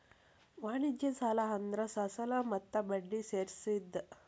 ವಾಣಿಜ್ಯ ಸಾಲ ಅಂದ್ರ ಅಸಲ ಮತ್ತ ಬಡ್ಡಿ ಸೇರ್ಸಿದ್